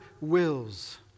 wills